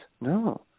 No